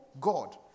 God